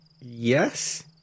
Yes